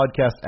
podcast